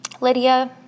Lydia